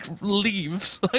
leaves